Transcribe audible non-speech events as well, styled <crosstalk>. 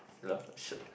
laugh <noise>